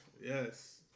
Yes